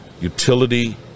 Utility